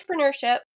entrepreneurship